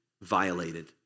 violated